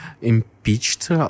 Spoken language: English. impeached